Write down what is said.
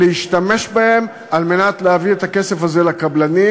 להשתמש בהם על מנת להעביר את הכסף הזה לקבלנים,